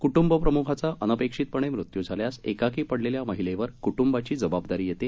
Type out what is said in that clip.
कृट्ंबप्रमुखाचा अनपेक्षितपणे मृत्यू झाल्यास एकाकी पडलेल्या महिलावर कुटुंबाची जबाबदारी येते